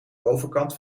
overkant